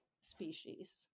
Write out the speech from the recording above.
species